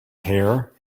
hair